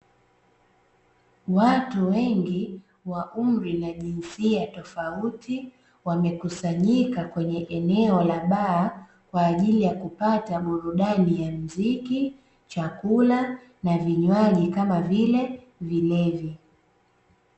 Watu wengi wa umri na jinsia tofauti wamekusanyika kwenye eneo la baa kwa ajili ya kupata burudani ya mziki, chakula na vinywaji kama vile vilevi.